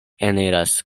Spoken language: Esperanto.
eniras